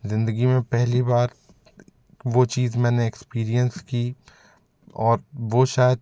ज़िंदगी में पहली बार वो चीज़ मैंने एक्सपीरियेंस की और वो शायद